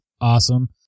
awesome